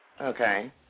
Okay